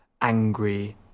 angry